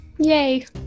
Yay